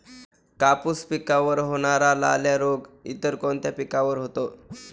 कापूस पिकावर होणारा लाल्या रोग इतर कोणत्या पिकावर होतो?